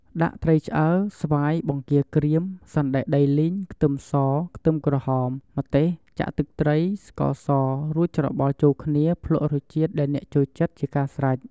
ដាក់ត្រីឆ្អើរ ស្វាយ បង្គាក្រៀម សណ្តែកដីលីង ខ្ទឹមស ខ្ទឹមក្រហម ម្ទេស ចាក់ទឹកត្រី ស្ករស រួចច្របល់ចូលគ្នាភ្លក់រសជាតិដែលអ្នកចូលចិត្តជាការស្រេច។